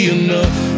enough